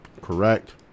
Correct